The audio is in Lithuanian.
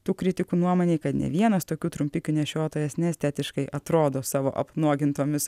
tų kritikų nuomonei kad ne vienas tokių trumpikių nešiotojas neestetiškai atrodo savo apnuogintomis